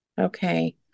Okay